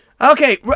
Okay